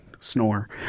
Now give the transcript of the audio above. Snore